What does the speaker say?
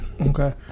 Okay